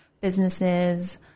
businesses